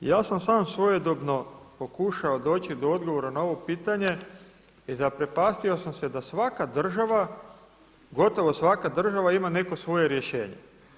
Ja sam sam svojedobno pokušao doći do odgovora na ovo pitanje i zaprepastio sam se da svaka država, gotovo svaka država ima neko svoje rješenje.